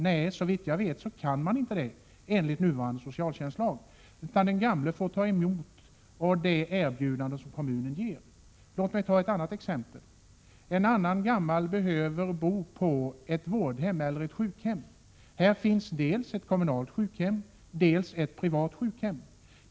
Nej, såvitt jag vet kan man inte det enligt nuvarande socialtjänstlag, utan den gamle får ta emot det erbjudande som kommunen ger. Låt mig ta ett annat exempel. En annan gammal människa behöver bo på ett vårdhem eller ett sjukhem. Här finns dels ett kommunalt sjukhem, dels ett privat sjukhem.